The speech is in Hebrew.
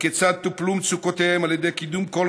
וכיצד טופלו מצוקותיהם על ידי קידום כל